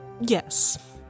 Yes